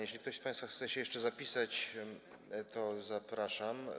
Jeśli ktoś z państwa chce się jeszcze zapisać, to zapraszam.